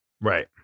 Right